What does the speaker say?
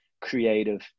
creative